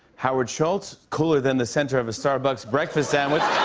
howard schultz cooler than the center of a starbucks breakfast sandwich.